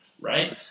right